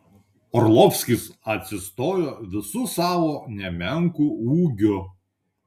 orlovskis atsistojo visu savo nemenku ūgiu